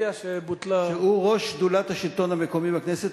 שהוא ראש שדולת השלטון המקומי בכנסת,